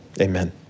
amen